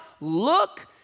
look